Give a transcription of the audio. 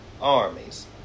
armies